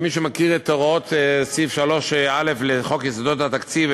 מי שמכיר את הוראות סעיף 3א לחוק יסודות התקציב,